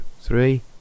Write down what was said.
three